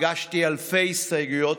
הגשתי אלפי הסתייגויות,